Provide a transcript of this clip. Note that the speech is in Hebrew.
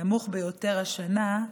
הנמוך ביותר השנה,